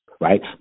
right